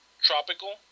Tropical